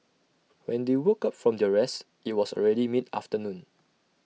when they woke up from their rest IT was already mid afternoon